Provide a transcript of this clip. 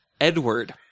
Edward